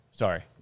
Sorry